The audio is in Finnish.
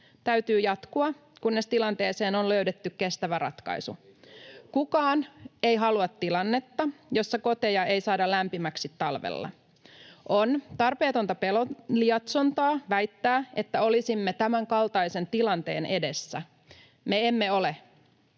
täytyy jatkua, kunnes tilanteeseen on löydetty kestävä ratkaisu. [Hannu Hoskonen: Ei sitä ole olemassa!] Kukaan ei halua tilannetta, jossa koteja ei saada lämpimäksi talvella. On tarpeetonta lietsontaa väittää, että olisimme tämänkaltaisen tilanteen edessä. Me emme ole.